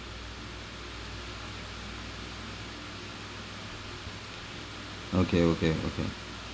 okay okay okay